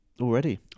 Already